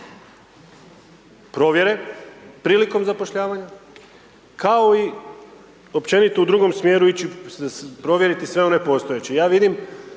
provjere prilikom zapošljavanja kao i općenito u drugom smjeru ići provjeriti sve one postojeće. Ja vidim